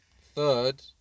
Third